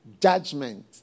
judgment